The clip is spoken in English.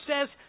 says